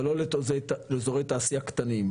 אבל לא לאזורי תעשייה קטנים,